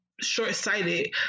short-sighted